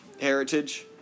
heritage